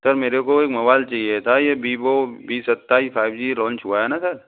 sir मेरे को एक मोबाइल चाहिए था ये विवो वी सत्ताईस फाइव जी लॉन्च हुआ है ना सर